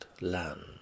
land